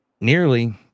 nearly